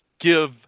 give